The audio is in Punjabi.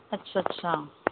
ਅੱਛਾ ਅੱਛਾ